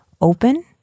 open